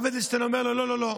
הרב אדלשטיין אומר לו: לא, לא,